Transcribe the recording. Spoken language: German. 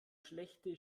schlechte